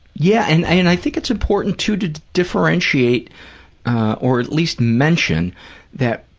yeah, and i think it's important, too, to differentiate or at least mention that,